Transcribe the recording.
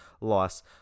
loss